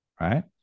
right